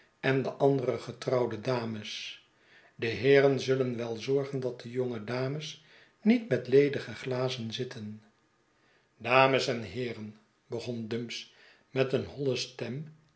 en de andere getrouwde dames de heeren zullen wel zorgen dat de jonge dames niet met ledige glazen zitten dames en heeren begon dumps met een holle stem